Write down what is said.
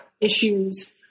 issues